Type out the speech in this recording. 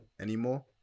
anymore